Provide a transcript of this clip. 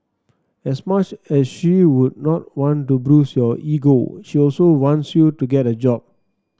as much as she would not want to bruise your ego she also wants you to get a job